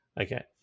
Okay